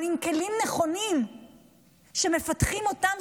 אבל עם כלים נכונים שמפתחים אותם,